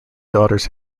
daughters